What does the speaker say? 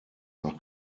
nach